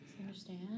understand